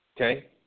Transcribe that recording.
Okay